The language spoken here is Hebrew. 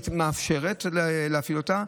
היא מאפשרת להפעיל אותה.